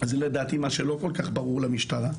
לדעתי מה שלא כל כך ברור למשטרה,